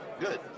Good